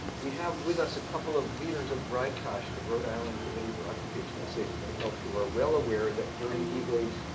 we have with us a couple of leaders of ricosh, the rhode island committee for occupational safety and health, who are well aware that during heat waves,